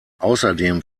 außerdem